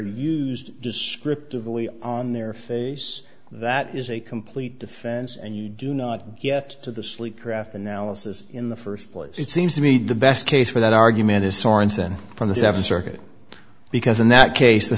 used descriptively on their face that is a complete defense and you do not get to the sleep craft analysis in the first place it seems to me the best case for that argument is sorenson from the seventh circuit because in that case the